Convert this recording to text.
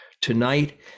tonight